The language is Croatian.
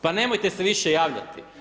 Pa nemojte se više javljati!